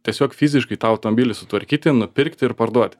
tiesiog fiziškai tą autombilį sutvarkyti nupirkti ir parduoti